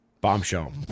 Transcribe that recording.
bombshell